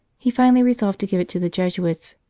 he finally resolved to give it to the jesuits,